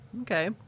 Okay